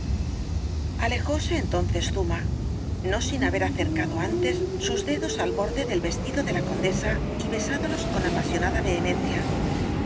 señora adiós alejóse entonces zuma no sin haber acercado antes sus dedos al borde del vestido de la condesa y besádolos con apasionada behemencia